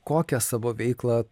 kokią savo veiklą